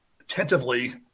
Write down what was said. attentively